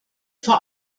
vor